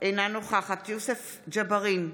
אינה נוכחת יוסף ג'בארין,